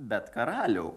bet karaliau